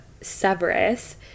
severus